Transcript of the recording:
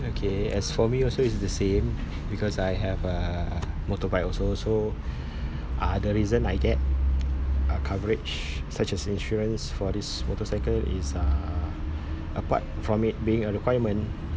okay as for me also is the same because I have uh motorbike also so uh the reason I get uh coverage such as insurance for this motorcycle is uh apart from it being a requirement